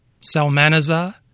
Salmanazar